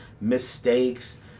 mistakes